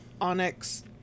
Onyx